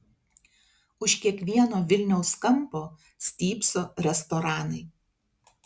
už kiekvieno vilniaus kampo stypso restoranai